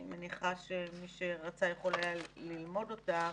אני מניחה שמי שרצה יכול היה לראות אותם,